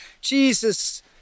Jesus